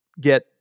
get